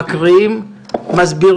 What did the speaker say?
המצב המשפטי אם התקנות לא מאושרות?